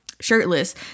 shirtless